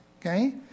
Okay